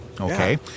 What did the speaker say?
Okay